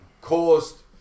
caused